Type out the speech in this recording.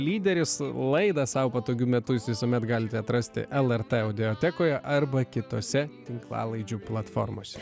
lyderis laidą sau patogiu metu jūs visuomet galite atrasti lrt audiotekoje arba kitose tinklalaidžių platformose